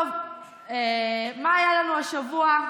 טוב, מה היה לנו השבוע?